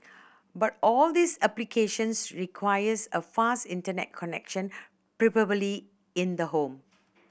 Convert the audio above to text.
but all these applications requires a fast Internet connection in the home